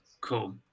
Cool